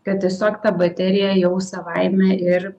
kad tiesiog ta baterija jau savaime ir